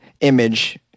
image